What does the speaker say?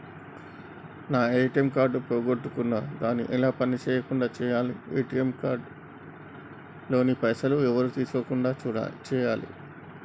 నా ATM card పోగొట్టుకున్నా దాన్ని ఎలా పని చేయకుండా చేయాలి ఏ.టి.ఎమ్ కార్డు లోని పైసలు ఎవరు తీసుకోకుండా చేయాలి?